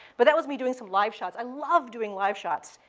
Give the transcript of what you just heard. but that was me doing some live shots. i love doing live shots.